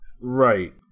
Right